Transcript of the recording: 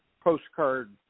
postcard